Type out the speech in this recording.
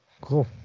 Cool